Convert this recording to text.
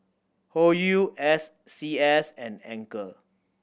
Hoyu S C S and Anchor